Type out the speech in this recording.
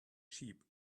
sheep